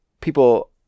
people